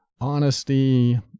honesty